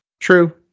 True